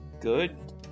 good